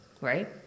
right